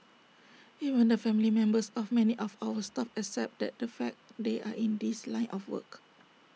even the family members of many of our staff accept that the fact they are in this line of work